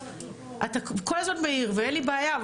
אתה כל הזמן מעיר ואין לי בעיה,